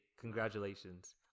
congratulations